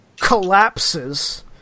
collapses